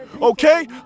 okay